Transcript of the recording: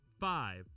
five